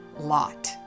lot